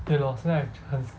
对 lor 现在很